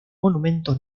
monumento